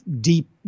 deep